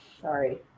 sorry